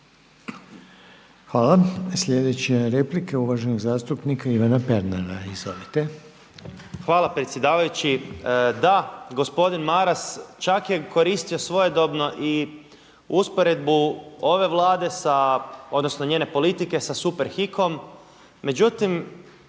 Hvala. Slijedeća replika je uvaženog zastupnika Ivana Pernara. Izvolite. **Pernar, Ivan (Abeceda)** Hvala predsjedavajući. Da gospodin Maras čak je koristio svojedobno i usporedbu ove Vlade, odnosno njene politike sa Superhikom.